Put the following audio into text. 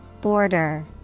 Border